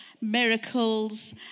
Miracles